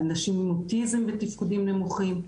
אנשים עם אוטיזם בתפקודים נמוכים,